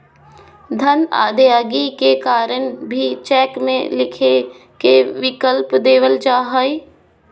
धन अदायगी के कारण भी चेक में लिखे के विकल्प देवल जा हइ